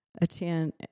attend